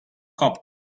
hop